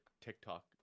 TikTok